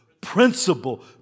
principle